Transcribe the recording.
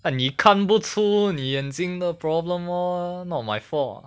ah 你看不出你眼睛都 problem lor not my fault